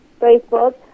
Facebook